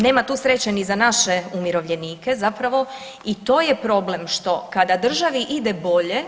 Nema tu sreće ni za naše umirovljenike, zapravo i to je problem što kada državi ide bolje.